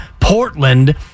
Portland